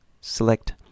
select